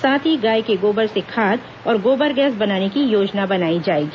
साथ ही गाय के गोबर से गांव में खाद और गोबर गैस बनाने की योजना बनाई जाएगी